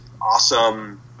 awesome